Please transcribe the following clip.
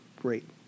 great